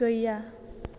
गैया